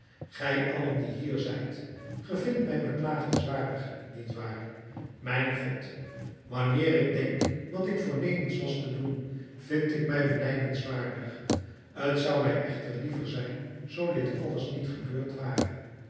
gij allen die hier zijt gij vindt mij beklagenswaard niet waar mijn god wanneer ik denk wat ik voornemens was te doen vind ik mij benijdenswaardig t zou mij echter liever zijn zoo dit alles niet gebeurd ware